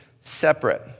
separate